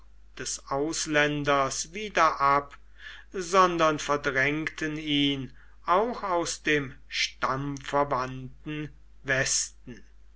des ausländers wieder ab sondern verdrängten ihn auch aus dem stammverwandten westen